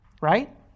Right